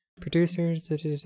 Producers